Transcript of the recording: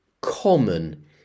common